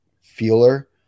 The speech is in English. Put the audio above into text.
feeler